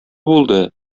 булды